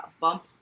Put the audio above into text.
bump